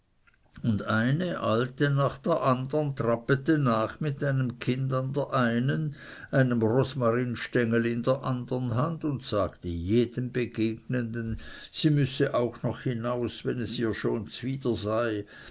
und eine alte nach der andern trappete nach mit einem kinde an der einen einem rosmarinstengel in der andern hand und sagte jedem begegnenden sie müsse auch noch da hinaus wenn es ihr schon zwider sei